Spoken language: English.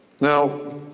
Now